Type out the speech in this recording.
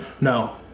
No